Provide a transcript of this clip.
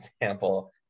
example